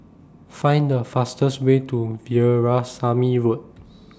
Find The fastest Way to Veerasamy Road